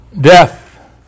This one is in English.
Death